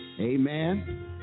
amen